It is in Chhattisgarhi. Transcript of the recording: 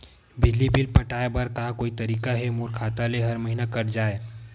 बिजली बिल पटाय बर का कोई तरीका हे मोर खाता ले हर महीना कट जाय?